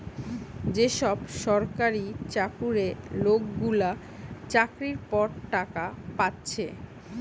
যে সব সরকারি চাকুরে লোকগুলা চাকরির পর টাকা পাচ্ছে